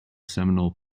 seminole